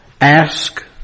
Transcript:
Ask